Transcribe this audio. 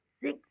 six